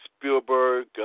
Spielberg